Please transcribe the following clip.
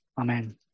Amen